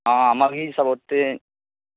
हँ मगही सब ओतेक